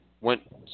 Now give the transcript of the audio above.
went